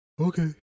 Okay